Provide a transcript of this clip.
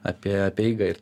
apie apie eiga ir